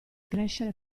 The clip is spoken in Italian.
crescere